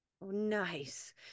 Nice